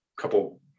couple